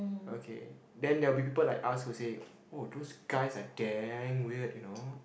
okay then there will be people like us who say oh those guys are damn weird you know